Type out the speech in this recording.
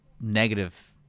negative